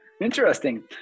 Interesting